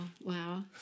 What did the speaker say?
Wow